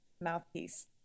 mouthpiece